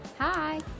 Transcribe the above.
Hi